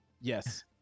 yes